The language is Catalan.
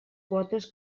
quotes